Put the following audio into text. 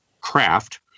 craft